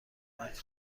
کمک